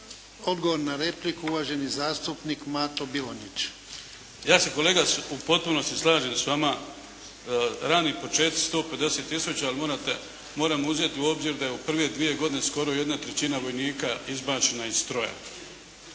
Odgovor na repliku, uvaženi zastupnik Mato Bilonjić. **Bilonjić, Mato (HDZ)** Ja se kolega u potpunosti slažem s vama, rani počeci 150 tisuća ali moramo uzeti u obzir da je u prve dvije godine skoro jedna trećina vojnika izbačena iz stroja,